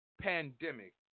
Pandemic